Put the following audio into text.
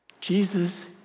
Jesus